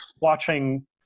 watching